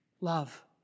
love